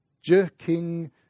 jerking